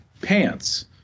pants